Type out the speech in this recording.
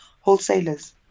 wholesalers